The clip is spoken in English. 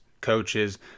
coaches